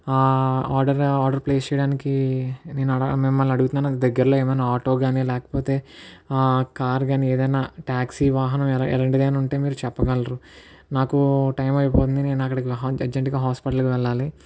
order order place చేయడానికి నేను అలా మిమల్ని అడుగుతున్నాను అది దగ్గరలో ఏమైనా ఆటో కానీ లేకపోతే కార్ కానీ ఏదైనా టాక్సీ వాహనం అలాంటిది ఏమైనా ఉంటే మీరు చెప్పగలరు నాకు టైమ్ అయిపోతుంది నేను అక్కడికి హా అర్జెంటుగా హాస్పిటలుకు వెళ్ళాలి